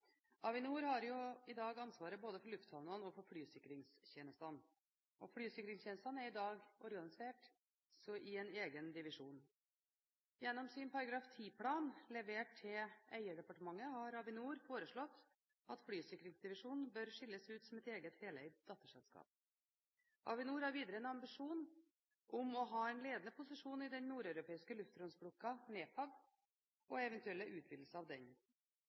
Avinor har i dag ansvaret både for lufthavnene og for flysikringstjenestene. Flysikringstjenestene er i dag organisert i en egen divisjon. Gjennom sin § 10-plan, levert til eierdepartementet, har Avinor foreslått at flysikringsdivisjonen skilles ut som et eget heleid datterselskap. Avinor har videre en ambisjon om å ha en ledende posisjon i den nordeuropeiske luftromsblokken, NEFAB, og eventuelle utvidelser av den.